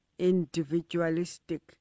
Individualistic